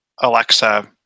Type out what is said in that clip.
Alexa